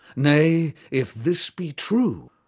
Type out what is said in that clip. nay, if this be true,